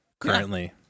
currently